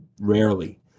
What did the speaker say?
rarely